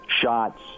shots